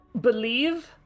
believe